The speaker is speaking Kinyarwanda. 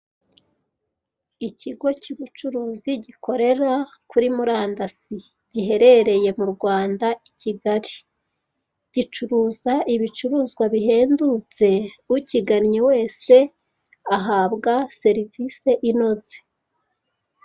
Ikigo cy'ubucuruzi gikorera kuri murandasi giherereye mu Rwanda i Kigali, gicuruza ibicuruzwa bihendutse ukigannye wese ahabwa serivise inoze.